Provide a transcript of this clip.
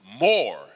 more